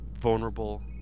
vulnerable